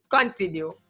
continue